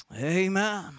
Amen